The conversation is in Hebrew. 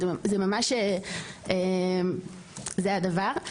זה הדבר.